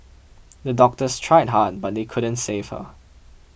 the doctors tried hard but they couldn't save her